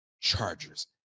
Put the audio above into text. chargers